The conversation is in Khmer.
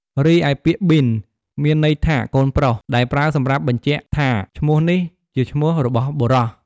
រីឯពាក្យប៊ីន មានន័យថា កូនប្រុស ដែលប្រើសម្រាប់បញ្ជាក់ថាឈ្មោះនេះជាឈ្មោះរបស់បុរស។